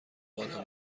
بالا